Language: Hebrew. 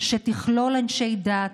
שתכלול אנשי דת,